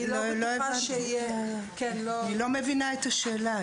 אני לא מבינה את השאלה.